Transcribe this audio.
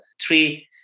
three